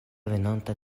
venonta